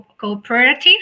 cooperative